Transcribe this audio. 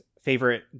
favorite